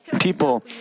people